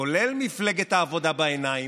כולל מפלגת העבודה בעיניים,